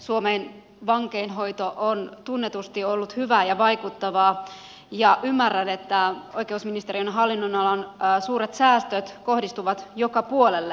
suomen vankeinhoito on tunnetusti ollut hyvää ja vaikuttavaa ja ymmärrän että oikeusministeriön hallinnonalan suuret säästöt kohdistuvat joka puolelle